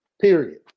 Period